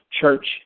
church